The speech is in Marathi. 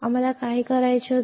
आम्हाला काय करायचे होते